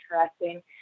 interesting